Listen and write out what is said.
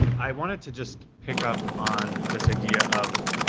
i wanted to just pick up on this idea of,